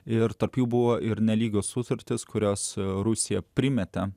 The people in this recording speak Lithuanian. ir tarp jų buvo ir nelygu sutartis kurios rusija primeta